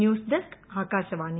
news desk Akashvani